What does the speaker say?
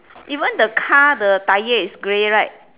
even the car the tyre is grey right